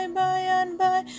by-and-by